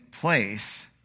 place